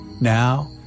Now